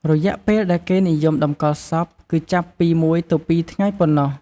រយៈពេលដែលគេនិយមតម្កល់សពគឺចាប់ពី ១ទៅ២ ថ្ងៃប៉ុណ្ណោះ។